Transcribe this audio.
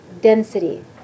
density